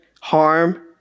harm